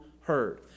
heard